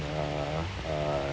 uh uh